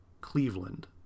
Cleveland